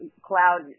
cloud